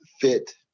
fit